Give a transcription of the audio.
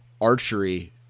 archery